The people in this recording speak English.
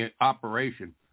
operation